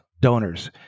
donors